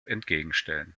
entgegenstellen